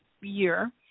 year